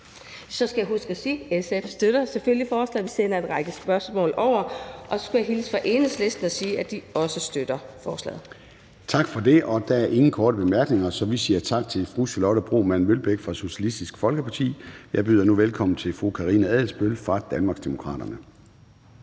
Så skal jeg huske at sige, at SF selvfølgelig støtter forslaget. Vi sender en række spørgsmål over. Og så skulle jeg hilse fra Enhedslisten og sige, at de også støtter forslaget. Kl. 13:39 Formanden (Søren Gade): Tak for det. Der er ingen korte bemærkninger, så vi siger tak til fru Charlotte Broman Mølbæk fra Socialistisk Folkeparti. Jeg byder nu velkommen til fru Karina Adsbøl fra Danmarksdemokraterne.